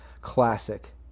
classic